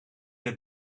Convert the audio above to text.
het